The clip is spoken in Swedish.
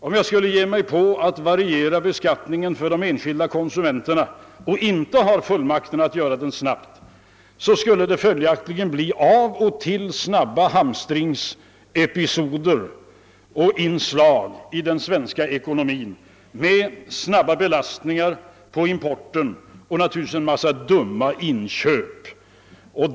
Om jag skulle ge mig på att variera beskattningen för de enskilda konsumenterna och inte har fullmakt att göra det snabbt, skulle följden av och till bli snabba hamstringsepisoder i den svenska ekonomin med snabba belastningar på importen och naturligtvis en massa dumma inköp.